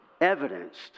evidenced